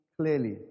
clearly